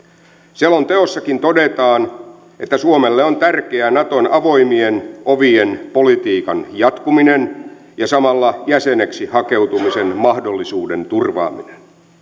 selonteossakin todetaan että suomelle on tärkeää naton avoimien ovien politiikan jatkuminen ja samalla jäseneksi hakeutumisen mahdollisuuden turvaaminen